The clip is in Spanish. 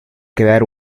quedar